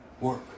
Work